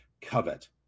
covet